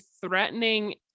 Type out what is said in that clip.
threatening